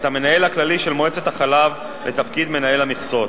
את המנהל הכללי של מועצת החלב לתפקיד מנהל המכסות,